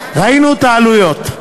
ראינו את העלויות.